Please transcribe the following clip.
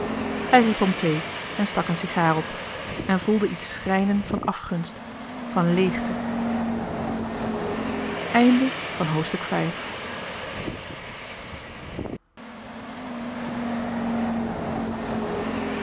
om thee en stak een sigaar op en voelde iets schrijnen van afgunst van leegte